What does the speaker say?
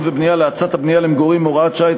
ובנייה להאצת הבנייה למגורים (הוראת שעה),